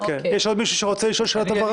יש עוד מישהו שרוצה לשאול שאלת הבהרה?